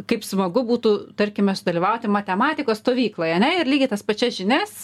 kaip smagu būtų tarkime sudalyvauti matematikos stovykloje ane ir lygiai tas pačias žinias